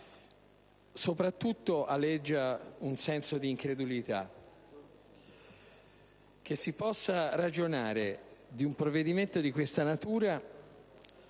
soprattutto aleggia un senso di incredulità: si sta ragionando di un provvedimento di questa natura